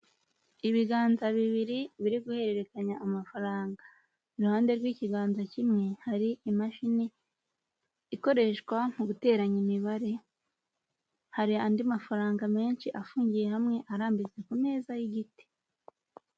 Ibiganza bibiri biri guhererekanya amafaranga. Iruhande rw'ikiganza kimwe hari imashini ikoreshwa mu guteranya imibare. Hari andi mafaranga menshi afungiye hamwe, arambitse ku meza y'igiti.